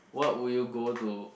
what would you go to